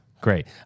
Great